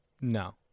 No